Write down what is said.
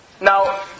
now